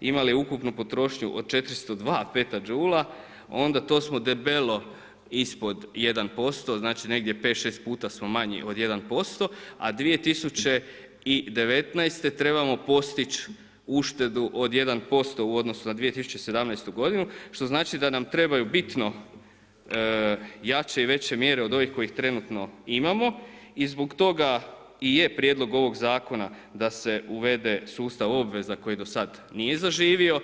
imali ukupnu potrošnju od 402 petadžula onda to smo debelo ispod 1%. znači negdje 5, 6 puta smo manji od 1%, a 2019. trebamo postići uštedu od 1% u odnosu na 2017. g. što znači da nam trebaju bitno jače i veće mjere od ovih koje trenutno imamo i zbog toga i je prijedlog ovog zakona, da se uvede sustav obveza koji do sada nije zaživio.